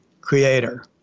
creator